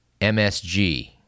MSG